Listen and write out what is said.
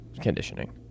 conditioning